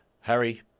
Harry